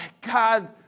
God